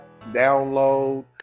download